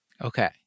Okay